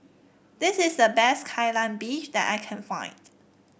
this is the best Kai Lan Beef that I can find